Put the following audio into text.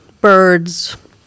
birds